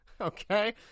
Okay